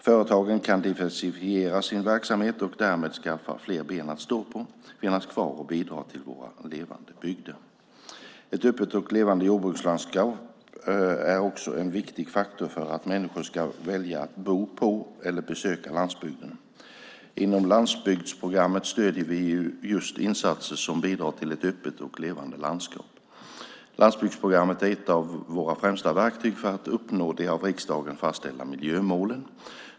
Företagen kan diversifiera sin verksamhet och därmed skaffa fler ben att stå på, finnas kvar och bidra till våra levande bygder. Ett öppet och levande jordbrukslandskap är ofta en viktig faktor för att människor ska vilja bo på eller besöka landsbygden. Inom landsbygdsprogrammet stöder vi just insatser som bidrar till ett öppet och levande landskap. Landsbygdsprogrammet är ett av våra främsta verktyg för att uppnå de av riksdagen fastlagda miljömålen.